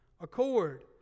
accord